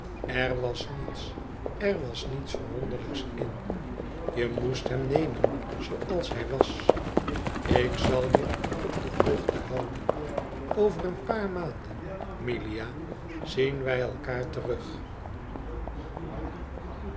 er was niets er was niets verwonderlijks in je moest hem nemen zoo als hij was ik zal je op de hoogte houden over een paar maanden milia zien wij elkaar terug